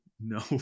no